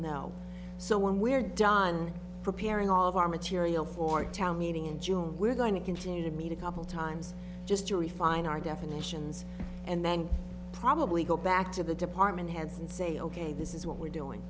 no so when we're done preparing all of our material for a town meeting in june we're going to continue to meet a couple times just to refine our definitions and then probably go back to the department heads and say ok this is what we're doing